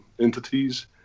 entities